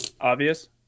Obvious